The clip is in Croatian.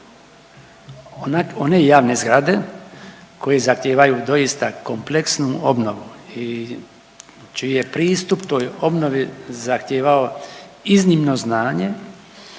one javne zgrade koje zahtijevaju doista kompleksnu obnovu i čiji je pristup toj obnovi zahtijevao iznimno znanje,